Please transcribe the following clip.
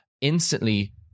instantly